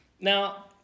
Now